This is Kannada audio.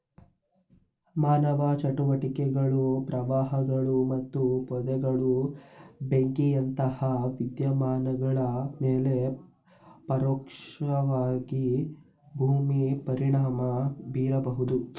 ಮಾನವ ಚಟುವಟಿಕೆಗಳು ಪ್ರವಾಹಗಳು ಮತ್ತು ಪೊದೆಗಳ ಬೆಂಕಿಯಂತಹ ವಿದ್ಯಮಾನಗಳ ಮೇಲೆ ಪರೋಕ್ಷವಾಗಿ ಭೂಮಿ ಪರಿಣಾಮ ಬೀರಬಹುದು